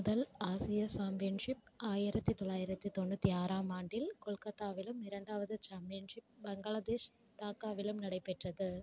முதல் ஆசிய சாம்பியன்ஷிப் ஆயிரத்து தொள்ளாயிரத்து தொண்ணூற்றி ஆறாம் ஆண்டில் கொல்கத்தாவிலும் இரண்டாவது சாம்பியன்ஷிப் பங்களாதேஷ் டாக்காவிலும் நடைபெற்றது